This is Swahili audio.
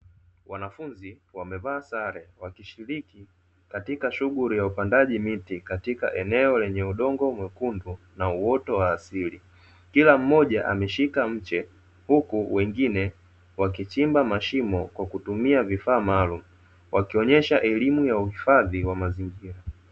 Wanafunzi wamevaa sare wakishiriki katika shughuli ya upandaji miti katika eneo lenye udongo mwekundu na uoto wa asili. Kila mmoja ameshika mche huku wengine wakichimba mashimo kwa kutumia vifaa maalumu, wakionyesha elimu ya uhifadhi wa mazingira.